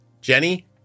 Jenny